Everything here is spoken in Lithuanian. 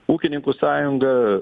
ūkininkų sąjunga